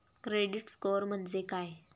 Credit score म्हणजे काय?